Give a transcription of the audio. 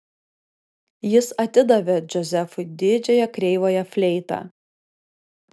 jis atidavė džozefui didžiąją kreivąją fleitą